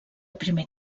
primer